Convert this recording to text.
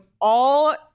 all-